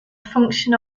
function